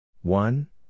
one